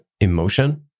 emotion